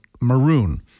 Maroon